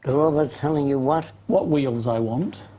robots telling you what? what wheels i want.